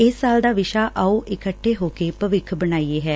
ਇਸ ਸਾਲ ਦਾ ਵਿਸ਼ਾ ਆਓ ਇਕੱਠੇ ਹੋ ਕੇ ਭਵਿੱਖ ਬਣਾਈਏ ਏ